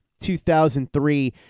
2003